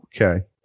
Okay